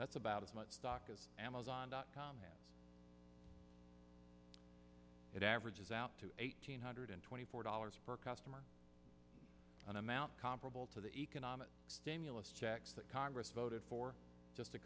that's about as much stock as amazon dot com it averages out to eight hundred twenty four dollars per customer an amount comparable to the economic stimulus checks that congress voted for just a